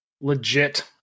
legit